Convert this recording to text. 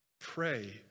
pray